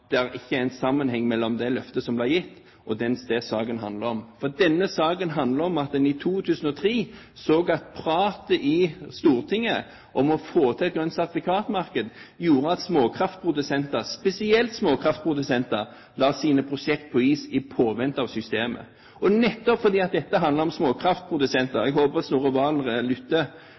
ikke er en sammenheng mellom det løftet som ble gitt, og det saken handler om. Denne saken handler om at en i 2003 så at pratet i Stortinget om å få til et grønt sertifikatmarked gjorde at småkraftprodusenter – spesielt småkraftprodusenter – la sine prosjekt på is i påvente av systemet. Nettopp fordi dette handler om småkraftprodusenter – jeg håper at Snorre Serigstad Valen lytter